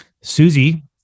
Susie